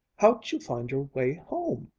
how'd you find your way home?